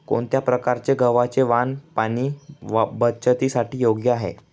कोणत्या प्रकारचे गव्हाचे वाण पाणी बचतीसाठी योग्य आहे?